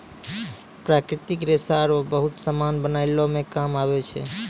प्राकृतिक रेशा रो बहुत समान बनाय मे काम आबै छै